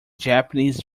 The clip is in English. japanese